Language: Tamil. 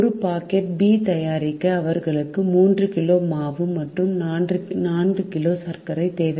ஒரு பாக்கெட் B தயாரிக்க அவர்களுக்கு 3 கிலோ மாவு மற்றும் 4 கிலோ சர்க்கரை தேவை